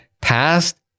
past